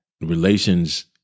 relations